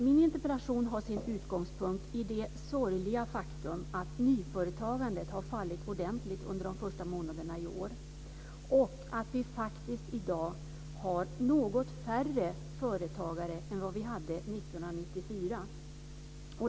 Min interpellation har sin utgångspunkt i det sorgliga faktum att nyföretagandet har fallit ordentligt under de första månaderna i år och att vi faktiskt i dag har något färre företagare än vad vi hade 1994.